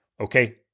Okay